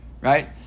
right